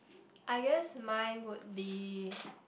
I guess mine would be